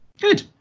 Good